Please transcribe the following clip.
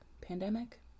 pandemic